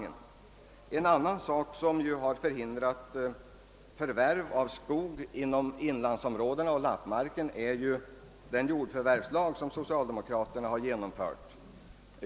En annan sak som förhindrat förvärv av skog inom inlandsområdena och lappmarken är den jordförvärvslag som socialdemokraterna har genomfört.